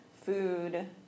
food